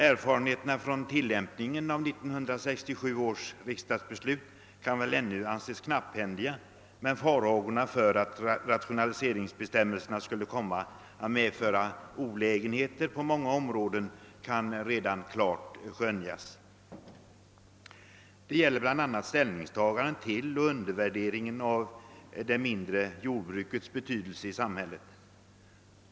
Erfarenheterna från tillämpningen av 1967 års riksdagsbeslut får väl ännu anses knapphändiga, men man kan redan klart skönja att farhågorna för att rationaliseringsbestämmelserna «skulle medföra olägenheter på många områden ej vore ogrundade. Det gäller bl.a. ställ ningstagandet till och undervärderingen av det mindre jordbrukets betydelse för samhället.